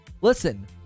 Listen